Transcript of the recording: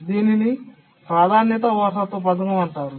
దీనిని ప్రాధాన్యతా వారసత్వ పథకం అంటారు